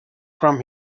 from